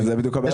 זאת בדיוק הבעיה.